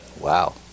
Wow